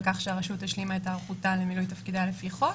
כך שהרשות השלימה את היערכותה למילוי תפקידיה לפי חוק